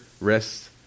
rest